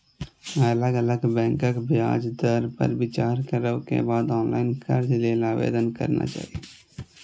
अलग अलग बैंकक ब्याज दर पर विचार करै के बाद ऑनलाइन कर्ज लेल आवेदन करना चाही